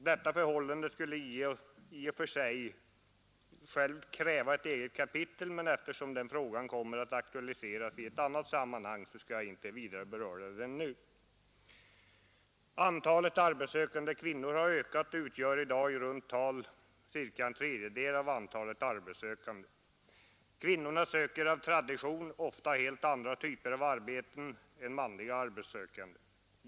Detta förhållande skulle i och för sig kräva ett eget kapitel, men eftersom den frågan kommer att aktualiseras i ett annat sammanhang skall jag inte vidare beröra det nu. Antalet arbetssökande kvinnor har ökat och utgör i dag i runt tal en tredjedel av antalet arbetssökande. Kvinnorna söker av tradition ofta helt andra typer av arbete än manliga arbetssökande.